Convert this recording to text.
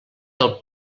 del